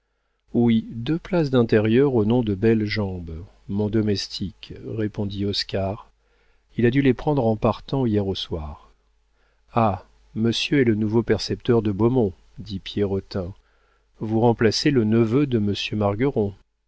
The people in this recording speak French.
oui deux places d'intérieur au nom de bellejambe mon domestique répondit oscar il a dû les prendre en partant hier au soir ah monsieur est le nouveau percepteur de beaumont dit pierrotin vous remplacez le neveu de monsieur